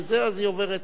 אז היא עוברת,